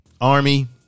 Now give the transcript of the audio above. army